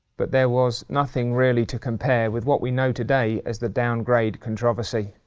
but there was nothing really to compare with what we know today as the downgrade controversy.